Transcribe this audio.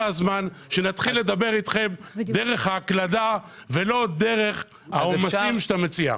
הזמן שנתחיל לדבר איתכם דרך ההקלדה ולא דרך העומסים שאתה מציע.